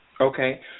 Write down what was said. Okay